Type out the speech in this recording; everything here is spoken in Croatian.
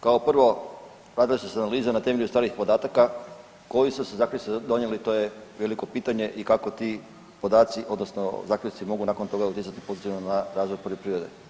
Kao prvo radile su se analize na temelju starih podataka koji su se …/nerazumljivo/… donijeti, to je veliko pitanje i kako ti podaci odnosno zaključci mogu nakon toga utjecati pozitivno na razvoj poljoprivrede.